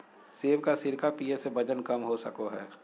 सेब के सिरका पीये से वजन कम हो सको हय